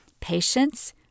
patience